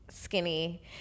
Skinny